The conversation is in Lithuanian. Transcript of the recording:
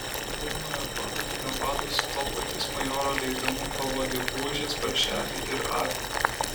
pirmojo padalinio vadas su to paties majoro leidimu pavogė buožės paršelį ir avį